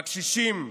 בקשישים,